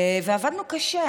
ועבדנו קשה.